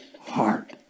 heart